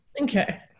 okay